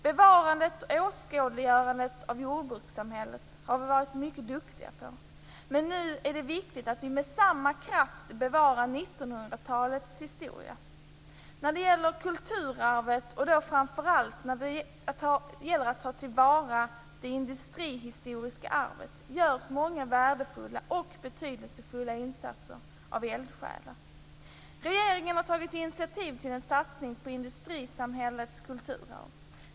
Bevarandet och åskådliggörandet av jordbrukssamhället har vi varit mycket duktiga på. Nu är det viktigt att vi med samma kraft bevarar 1900-talets historia. När det gäller kulturarvet gäller det framför allt att ta till vara det industrihistoriska arvet. Där görs många värdefulla och betydelsefulla insatser av eldsjälar. Regeringen har tagit initiativ till en satsning på industrisamhällets kulturarv.